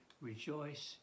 rejoice